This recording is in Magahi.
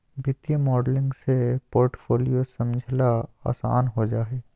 वित्तीय मॉडलिंग से पोर्टफोलियो समझला आसान हो जा हय